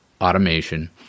automation